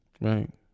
Right